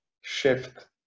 shift